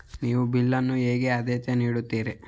ನೀವು ಬಿಲ್ ಅನ್ನು ಹೇಗೆ ಆದ್ಯತೆ ನೀಡುತ್ತೀರಿ?